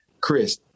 Chris